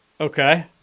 Okay